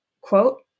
quote